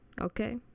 Okay